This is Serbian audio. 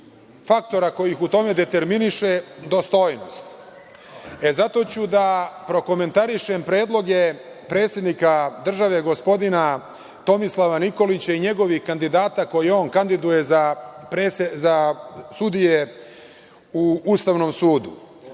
faktora ko ih u tome determiniše dostojnost. Zato ću da prokomentarišem predloge predsednika države, gospodina Tomislava Nikolića i njegovih kandidata koje on kandiduje za sudije u Ustavnom sudu.